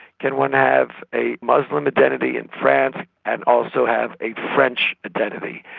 can one have a muslim identity in france and also have a french identity?